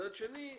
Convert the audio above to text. מצד שני,